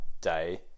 day